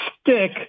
stick